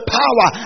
power